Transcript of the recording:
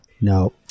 No